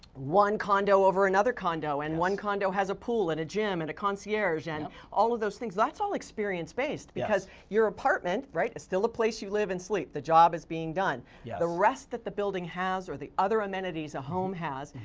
one condo, over another condo, and one condo has a pool and a gym, and a concierge, and all of those things. that's all experience based. yes. because your apartment, right, it's still the place you live and sleep. the job is being done. yeah the rest that the building has or the other amenities a home has,